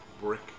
brick